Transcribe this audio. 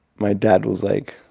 my dad was like,